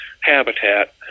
habitat